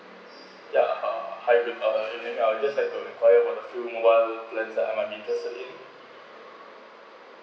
ya uh hi good uh good evening I just have to require a few mobile plan that I'm interested in